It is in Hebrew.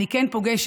אני כן פוגשת,